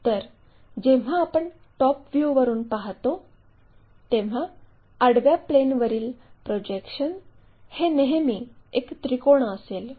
तर जेव्हा आपण टॉप व्ह्यूवरून पाहतो तेव्हा आडव्या प्लेनवरील प्रोजेक्शन हे नेहमी एक त्रिकोण असेल